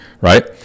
right